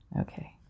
Okay